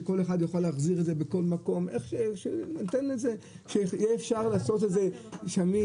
שכל אחד יוכל להחזיר את זה בכל מקום שאפשר יהיה לעשות את זה שמיש